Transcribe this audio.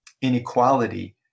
inequality